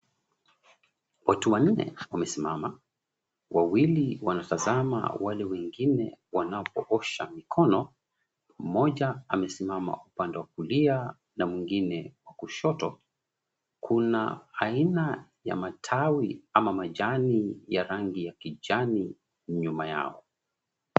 Watu wanne wamesimama, wawili wanatazama wale wengine wanapoosha mikono. Mmoja amesimama upande wa kulia na mwingine kwa kushoto. Kuna aina ya matawi ama majani ya rangi ya kijani nyuma yao.